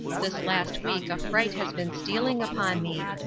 this last week a fright has been stealing upon me.